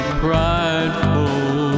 prideful